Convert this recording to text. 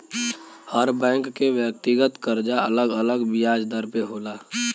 हर bank के व्यक्तिगत करजा अलग अलग बियाज दर पे होला